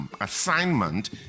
Assignment